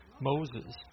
Moses